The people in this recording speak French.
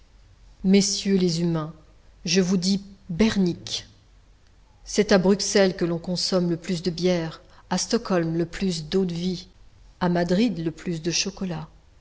messieurs les humains je vous dis bernique c'est à bruxelles que l'on consomme le plus de bière à stockholm le plus d'eau-de-vie à madrid le plus de chocolat